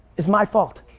is my fault.